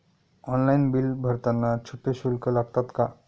Online bill भरताना छुपे शुल्क लागतात का?